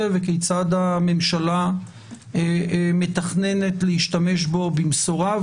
וכיצד הממשלה מתכננת להשתמש בו במשורה.